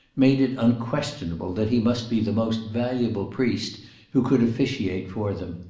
made it unquestionable that he must be the most valuable priest who could officiate for them.